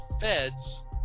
feds